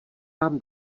vám